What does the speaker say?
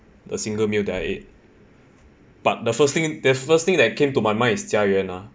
the single meal that I ate but the first thing the first thing that came to my mind is 佳园 lah